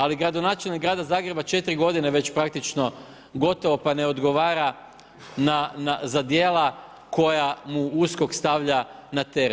Ali gradonačelnik grada Zagreba četiri godine već praktično gotovo pa ne odgovara za djela koja mu USKOK stavlja na teret.